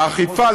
האכיפה,